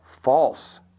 false